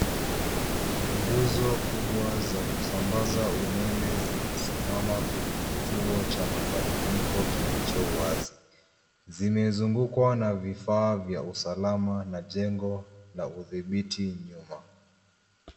Nguzo kubwa za kusambaza umeme zimesimama kwenye kituo cha mabadiliko kilicho wazi. Zimezungukwa na vifaa vya usalama na jengo la udhibiti nyuma.